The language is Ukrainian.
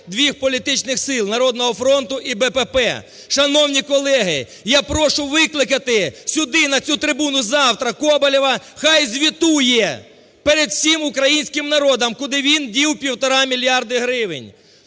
двох політичних сил – "Народного фронту" і БПП. Шановні колеги, я прошу викликати сюди на цю трибуну завтра Коболєва, нехай звітує перед всім українським народом, куди він дів півтора мільярда гривень.